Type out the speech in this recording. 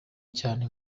cyane